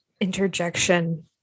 Interjection